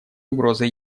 угрозой